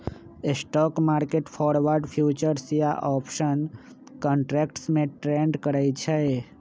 stock market forward, futures या option contracts में trade करई छई